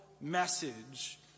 message